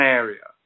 area